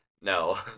No